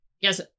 Yes